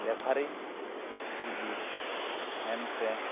ᱞᱮᱯᱷᱟᱨᱤ ᱡᱩᱫᱤ ᱦᱮᱱᱥᱮ